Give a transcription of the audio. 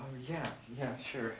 oh yeah yeah sure